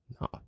No